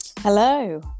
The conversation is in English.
Hello